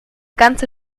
ganze